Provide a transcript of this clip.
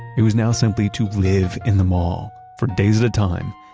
it was now simply to live in the mall, for days at a time,